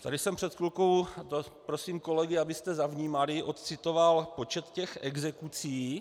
Tady jsem před chvilkou prosím kolegy, abyste zavnímali odcitoval počet exekucí.